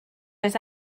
oes